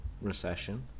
recession